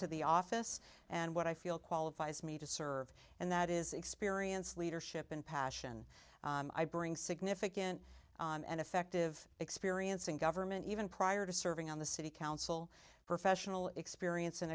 to the office and what i feel qualifies me to serve and that is experience leadership and passion i bring significant and effective experience in government even prior to serving on the city council professional experience and